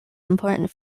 important